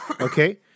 okay